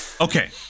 Okay